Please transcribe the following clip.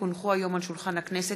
כי הונחו היום על שולחן הכנסת,